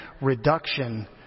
reduction